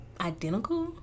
identical